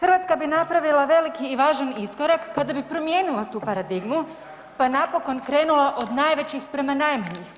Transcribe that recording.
Hrvatska bi napravila veliki i važan iskorak kada bi promijenila tu paradigmu pa napokon krenula od najvećih prema najmanjima.